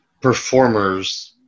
performers